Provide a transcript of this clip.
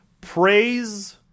praise